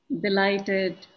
delighted